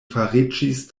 fariĝis